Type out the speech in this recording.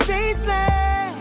Faceless